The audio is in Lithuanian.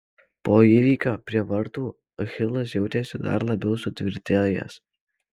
po įvykio prie vartų achilas jautėsi dar labiau sutvirtėjęs